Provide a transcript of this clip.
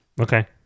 Okay